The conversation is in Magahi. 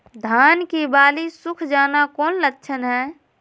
धान की बाली सुख जाना कौन लक्षण हैं?